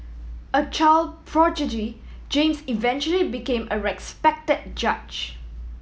a child prodigy James eventually became a respected judge